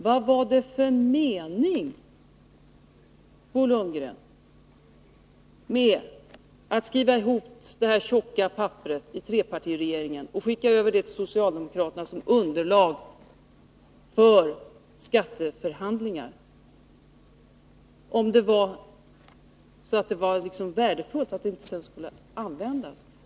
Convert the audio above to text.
Vad var det då för mening, Bo Lundgren, att skriva ihop allt det där i trepartiregeringen och skicka det vidare till socialdemokraterna för att sedan bli underlag för skatteförhandlingar, om det nu var så värdefullt, men inte skulle användas?